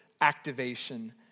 activation